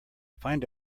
find